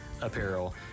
apparel